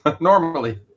normally